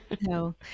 No